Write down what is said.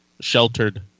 sheltered